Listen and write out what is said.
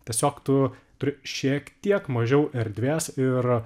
tiesiog tu turi šiek tiek mažiau erdvės ir